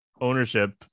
ownership